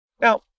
Now